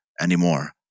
anymore